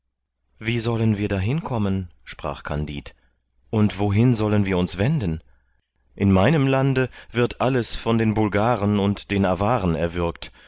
wie sollen wir dahin kommen sprach kandid und wohin sollen wir uns wenden in meinem lande wird alles von den bulgaren und den avaren erwürgt